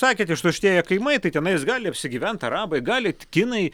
sakėt ištuštėję kaimai tai tenais gali apsigyvent arabai gali kinai